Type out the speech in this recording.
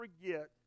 forget